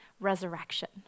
resurrection